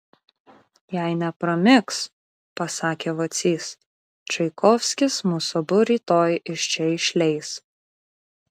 jei nepramigs pasakė vacys čaikovskis mus abu rytoj iš čia išleis